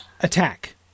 attack